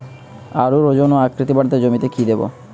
আলুর ওজন ও আকৃতি বাড়াতে জমিতে কি দেবো?